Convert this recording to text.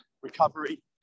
recovery